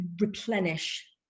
replenish